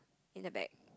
in the back